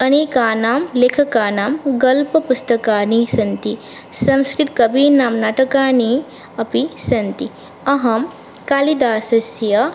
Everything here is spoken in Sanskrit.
अनेकानां लेखकानां गल्पपुस्तकानि सन्ति संस्कृतकवीनां नाटकानि अपि सन्ति अहं कालिदासस्य